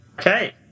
Okay